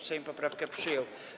Sejm poprawkę przyjął.